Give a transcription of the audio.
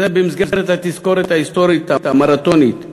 זה במסגרת התזכורת ההיסטורית המרתונית,